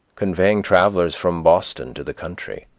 conveying travellers from boston to the country.